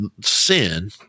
Sin